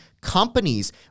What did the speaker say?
companies